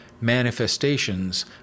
manifestations